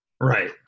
Right